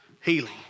healing